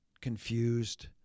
confused